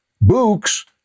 Books